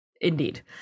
Indeed